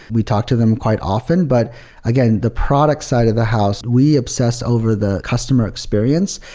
we talk to them quite often. but again, the product side of the house, we obsess over the customer experience.